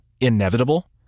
inevitable